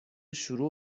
شروع